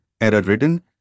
error-ridden